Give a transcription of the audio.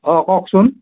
অ' কওকচোন